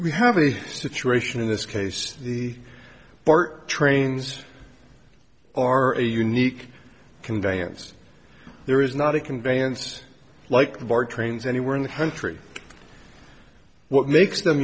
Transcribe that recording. we have a situation in this case the court trains are a unique conveyance there is not a conveyance like the board trains anywhere in the country what makes them